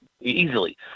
easily